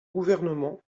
gouvernement